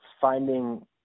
finding